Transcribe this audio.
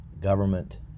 government